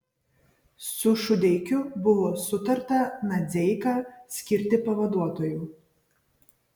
su šudeikiu buvo sutarta nadzeiką skirti pavaduotoju